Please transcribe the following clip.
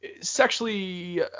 sexually